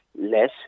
less